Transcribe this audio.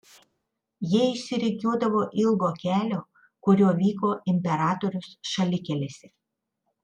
jie išsirikiuodavo ilgo kelio kuriuo vyko imperatorius šalikelėse